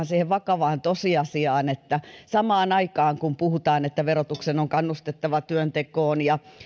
siihen vakavaan tosiasiaan että samaan aikaan kun puhutaan että verotuksen on kannustettava työntekoon ja